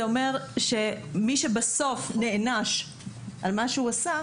זה אומר שמי שבסוף נענש על מה שהוא עשה